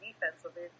defensively